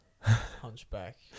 Hunchback